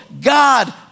God